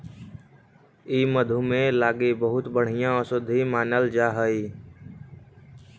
ई मधुमेह लागी बहुत बढ़ियाँ औषधि मानल जा हई